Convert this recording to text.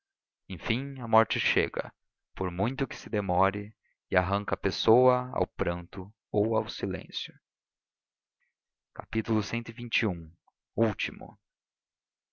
enfim a morte chega por muito que se demore e arranca a pessoa ao pranto ou ao silêncio cxxi último castor e